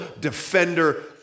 defender